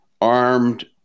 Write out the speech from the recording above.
armed